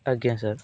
ଆଜ୍ଞା ସାର୍